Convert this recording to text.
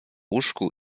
łóżku